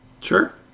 Sure